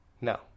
No